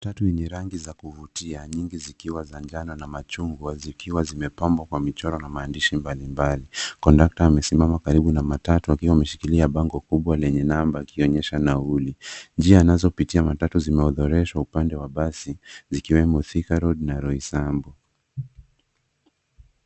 Matatu yenye rangi za kuvutia, nyingi zikiwa za manjano na machungwa, zikiwa zimepambwa kwa michoro na maandishi mbalimbali. Conductor amesimama karibu na matatu akiwa ameshikilia bango kubwa lenye namba akionyesha nauli, njia anazopitia matatu zimeorodheshwa upande wa basi, zikiwemo Thika road , na Roysambu.